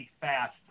fast